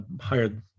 hired